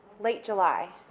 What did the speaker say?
late july,